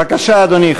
בבקשה, אדוני.